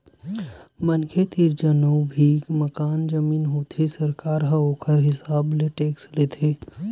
मनखे तीर जउन भी मकान, जमीन होथे सरकार ह ओखर हिसाब ले टेक्स लेथे